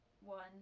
one